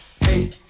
Hey